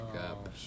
up